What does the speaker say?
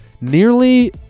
nearly